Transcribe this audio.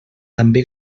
també